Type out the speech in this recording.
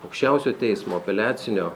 aukščiausio teismo apeliacinio